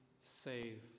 save